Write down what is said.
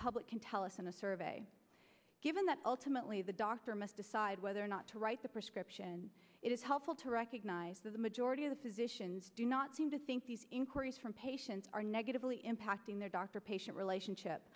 public can tell us in a survey given that ultimately the doctor must decide whether or not to write the prescription it is helpful to recognize that the majority of the physicians do not seem to think these inquiries from patients are negatively impacting their doctor patient relationship